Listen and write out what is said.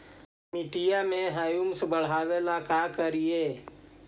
मिट्टियां में ह्यूमस बढ़ाबेला का करिए?